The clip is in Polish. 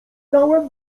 dałem